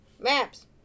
Maps